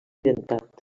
dentat